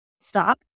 Stop